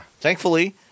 thankfully